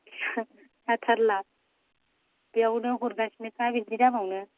जाथारला बेयावनो हरगासिनोखा